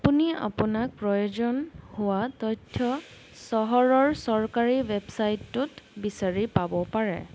আপুনি আপোনাক প্ৰয়োজন হোৱা তথ্য চহৰৰ চৰকাৰী ৱেবছাইটটোত বিচাৰি পাব পাৰে